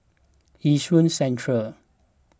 Yishun Central